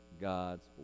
God's